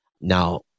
Now